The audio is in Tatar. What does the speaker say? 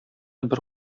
бер